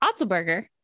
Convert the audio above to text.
Otzelberger